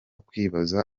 kwibaza